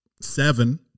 seven